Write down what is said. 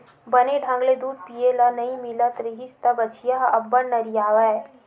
बने ढंग ले दूद पिए ल नइ मिलत रिहिस त बछिया ह अब्बड़ नरियावय